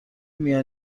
میان